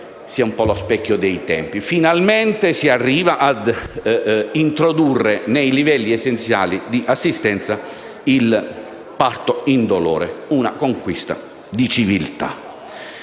Finalmente si arriva ad introdurre nei livelli essenziali di assistenza il parto indolore: una conquista di civiltà.